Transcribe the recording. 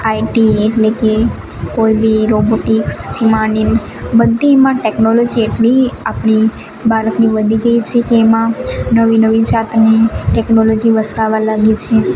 IT એટલે કે કોઈ બી રોબોટિક્સથી માંડીને બધીમાં ટેક્નોલોજી એટલી આપણી ભારતની વધી ગઈ છે કે એમાં નવી નવી જાતની ટેક્નોલોજી વસાવા લાગી છે